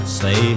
say